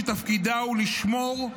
שתפקידה הוא לשמור,